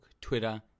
Twitter